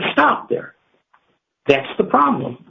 stopped there that's the problem